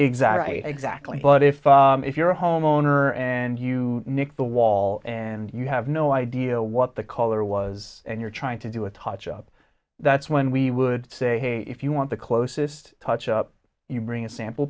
exactly exactly but if if you're a homeowner and you nicked the wall and you have no idea what the color was and you're trying to do a touch up that's when we would say if you want the closest touch up you bring a sample